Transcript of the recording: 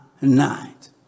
night